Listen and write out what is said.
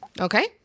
Okay